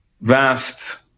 vast